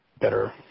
better